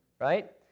right